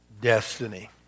destiny